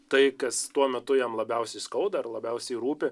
tai kas tuo metu jam labiausiai skauda ar labiausiai rūpi